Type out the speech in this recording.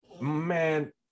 man